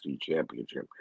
championship